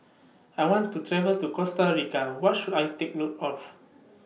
I want to travel to Costa Rica What should I Take note of